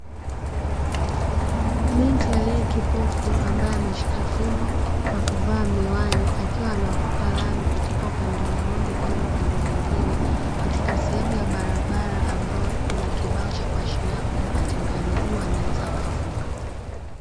Binti aliye kipofu, ambaye ameshika fimbo na kuvaa miwani, akiwa anavuka lami kutoka upande mmoja kwenda upande mwingine, katika sehemu ya barabara ambayo ina kibao cha kuashiria kwamba watembea kwa miguu wanaweza wakavuka.